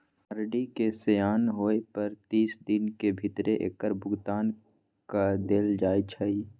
RD के सेयान होय पर तीस दिन के भीतरे एकर भुगतान क देल जाइ छइ